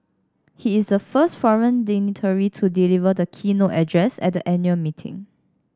he is the first foreign dignitary to deliver the keynote address at the annual meeting